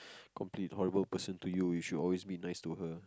complete horrible person to you you should always be nice to her